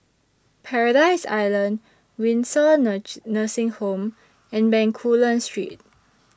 Paradise Island Windsor Nursing Home and Bencoolen Street